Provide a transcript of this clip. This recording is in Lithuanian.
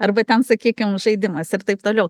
arba ten sakykim žaidimas ir taip toliau